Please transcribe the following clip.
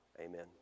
amen